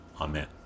Amen